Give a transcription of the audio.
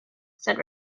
said